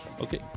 Okay